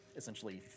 essentially